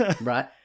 Right